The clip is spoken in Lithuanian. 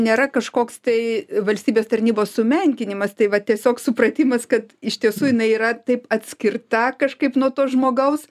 nėra kažkoks tai valstybės tarnybos sumenkinimas tai vat tiesiog supratimas kad iš tiesų jinai yra taip atskirta kažkaip nuo to žmogaus